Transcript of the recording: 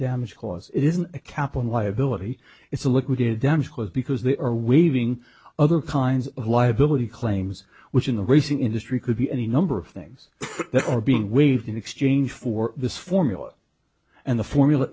damage cause it isn't a cap on liability it's a liquid in damage caused because they are we having other kinds of liability claims which in the racing industry could be any number of things that are being waived in exchange for this formula and the formula